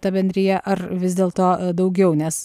ta bendrija ar vis dėlto daugiau nes